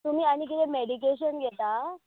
तुमी आनी कितें मॅडिकेशन घेता